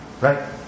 Right